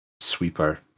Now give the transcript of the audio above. sweeper